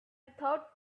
thought